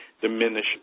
diminish